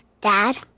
Dad